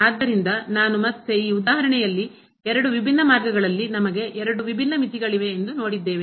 ಆದ್ದರಿಂದ ನಾನು ಮತ್ತೆ ಈ ಉದಾಹರಣೆಯಲ್ಲಿ ಎರಡು ವಿಭಿನ್ನ ಮಾರ್ಗಗಳಲ್ಲಿ ನಮಗೆ ಎರಡು ವಿಭಿನ್ನ ಮಿತಿಗಳಿವೆ ಎಂದು ನೋಡಿದ್ದೇವೆ